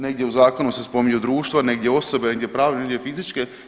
Negdje u zakonu se spominju društvo, negdje osobe, negdje pravne, negdje fizičke.